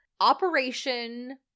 operation